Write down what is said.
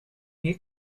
need